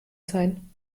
sein